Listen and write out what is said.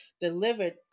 delivered